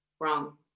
Wrong